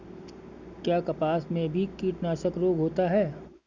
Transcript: क्या कपास में भी कीटनाशक रोग होता है?